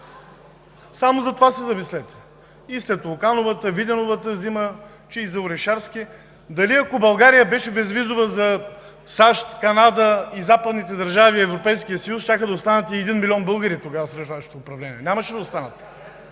„БСП за България“.) След Лукановата, Виденовата зима, че и за Орешарски – дали ако България беше безвизова за САЩ, Канада, западните държави и Европейския съюз, щяха да останат и един милион българи тогава, след Вашето управление?! Нямаше да останат!